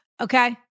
Okay